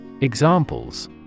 Examples